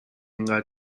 انقدر